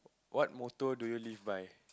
what motto do you live by